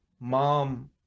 Mom